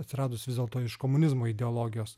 atsiradus vis dėlto iš komunizmo ideologijos